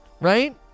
right